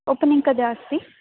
opening कदा अस्ति